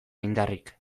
indarrik